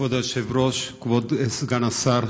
כבוד היושב-ראש, כבוד סגן השר,